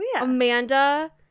amanda